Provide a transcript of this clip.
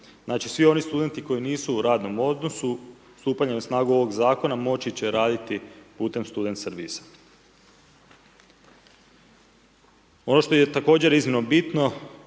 Znači svi oni studenti koji nisu u radnom odnosu, stupanje na snagu ovog zakona, moći će raditi putem student servisa. Ono što je također iznimno bitno